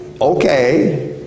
okay